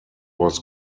was